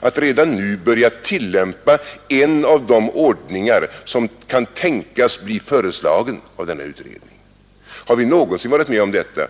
att redan nu börja tillämpa en ordning som kan tänkas bli föreslagen av utredningen. Har vi någonsin varit med om detta?